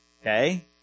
Okay